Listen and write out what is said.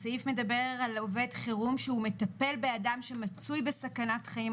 הסעיף מדבר על עובד חירום שהוא מטפל באדם שמצוי בסכנת חיים,